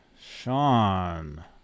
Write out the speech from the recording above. Sean